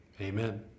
Amen